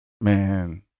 Man